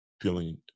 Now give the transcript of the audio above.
feeling